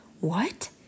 What